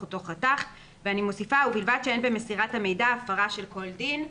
אותו חתך ובלבד שאין במסירת המידע הפרה של כל דין.